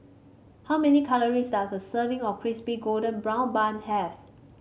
how many calories does a serving of Crispy Golden Brown Bun have